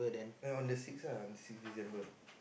ya on the sixth ah sixth December